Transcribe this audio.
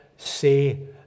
say